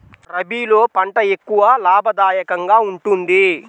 రబీలో ఏ పంట ఎక్కువ లాభదాయకంగా ఉంటుంది?